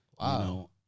Wow